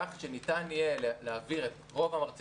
כך שניתן יהיה להעביר את רוב המרצים